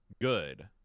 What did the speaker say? good